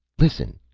listen,